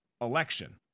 election